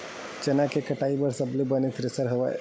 चना के कटाई बर सबले बने थ्रेसर हवय?